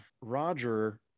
roger